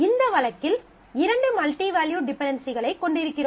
இந்த வழக்கில் இரண்டு மல்டிவேல்யூட் டிபென்டென்சிகளை கொண்டிருக்கிறோம்